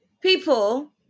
people